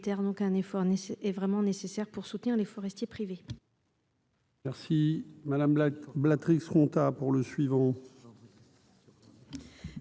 donc un effort n'est vraiment nécessaire pour soutenir les forestiers privés.